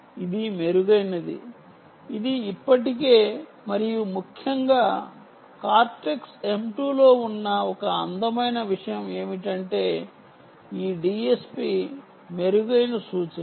ఇది మెరుగైనది ఇది ఇప్పటికే మరియు ముఖ్యంగా కార్టెక్స్ M 2 లో ఉన్న ఒక అందమైన విషయం ఏమిటంటే ఈ DSP మెరుగైన సూచనలు